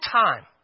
time